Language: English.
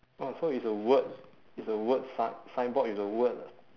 oh so it's a word it's a word si~ signboard with the word